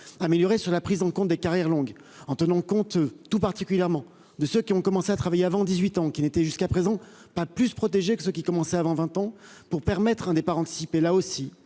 Amélioré quant à la prise en compte des carrières longues, par une considération toute particulière apportée à ceux qui ont commencé à travailler avant 18 ans, qui n'étaient jusqu'à présent pas plus protégés que ceux qui commençaient avant 20 ans, pour leur permettre un départ anticipé, là aussi,